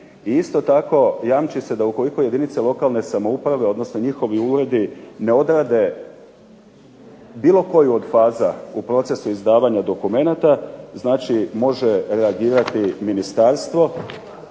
i isto tako jamči se da ukoliko jedinice lokalne samouprave, odnosno njihovi uredi ne odrade bilo koju od faza u procesu izdavanja dokumenata znači može reagirati ministarstvo